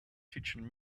teaching